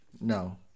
No